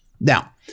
Now